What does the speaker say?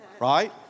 Right